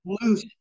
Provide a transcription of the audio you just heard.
Loose